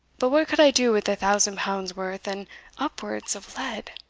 but what could i do with a thousand pounds' worth, and upwards, of lead?